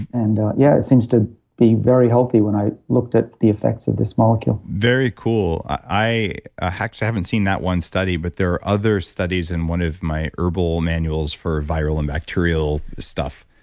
and yeah, it seems to be very healthy when i looked at the effects of this molecule very cool. i actually haven't seen that one study, but there are other studies in one of my herbal manuals for viral and bacterial stuff,